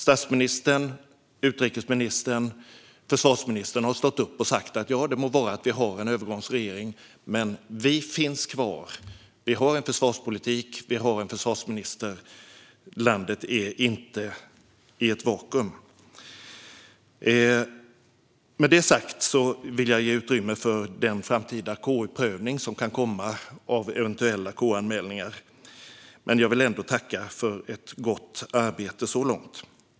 Statsministern, utrikesministern och försvarsministern har stått upp och sagt: Ja, det må vara att vi har en övergångsregering, men vi finns kvar. Vi har en försvarspolitik och en försvarsminister; landet är inte i ett vakuum. Med detta sagt vill jag ge utrymme för den framtida KU-prövning som kan komma av eventuella KU-anmälningar, men jag vill ändå tacka för ett gott arbete så här långt.